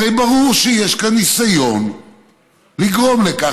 הרי ברור שיש כאן ניסיון לגרום לכך